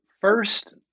first